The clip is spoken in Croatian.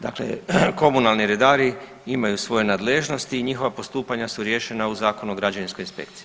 Dakle, komunalni redari imaju svoje nadležnosti, njihova postupanja su riješena u Zakonu o građevinskoj inspekciji.